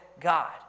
God